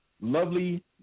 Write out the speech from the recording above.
lovely